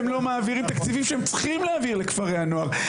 הם לא מעבירים תקציבים שהם צריכים להעביר לכפרי הנוער.